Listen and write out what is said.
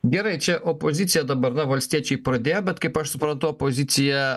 gerai čia opozicija dabar na valstiečiai pradėjo bet kaip aš suprantu opozicija